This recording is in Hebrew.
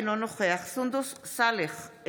אינו נוכח סונדוס סאלח,